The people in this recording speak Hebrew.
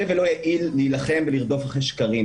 ולא יעיל להילחם ולרדוף אחרי שקרים,